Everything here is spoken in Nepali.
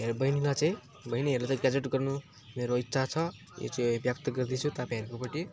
मेरो बहिनीमा चाहिँ बहिनीहरूले त ग्र्याजुएट गर्नु मेरो इच्छा छ यो चाहिँ व्यक्त गर्दैछु तपाईँहरूको पट्टि